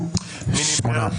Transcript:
מי נמנע?